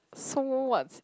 so what